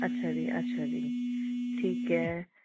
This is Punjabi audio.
ਅੱਛਾ ਜੀ ਅੱਛਾ ਜੀ ਠੀਕ ਹੈ